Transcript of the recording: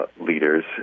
leaders